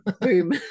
Boom